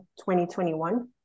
2021